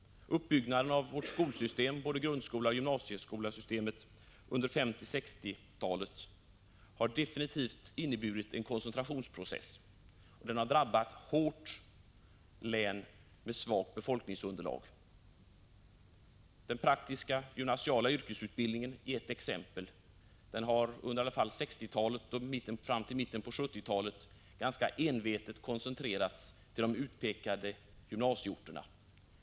Uppbyggnaden av vårt skolsystem, både grundskola och gymnasieskola, under 1950 och 1960-talen har definitivt inneburit en koncentrationsprocess som hårt har drabbat län med svagt befolkningsunderlag. Den praktiska gymnasiala yrkesutbildningen är ett exempel. Den har, i alla fall under 1960-talet och fram till mitten av 1970-talet, ganska envetet koncentrerats till de utpekade gymnasieorterna.